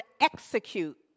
execute